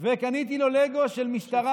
וקניתי לו לגו של משטרה.